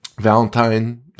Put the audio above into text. Valentine